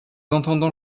entendant